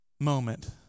moment